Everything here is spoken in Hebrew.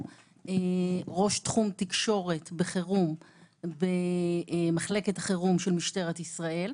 ראש תחום תקשורת בחירום במחלקת החירום של משטרת ישראל.